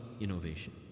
innovation